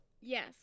yes